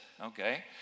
okay